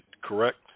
Correct